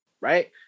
right